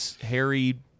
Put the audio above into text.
harry